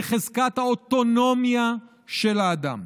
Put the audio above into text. בחזקת האוטונומיה של האדם.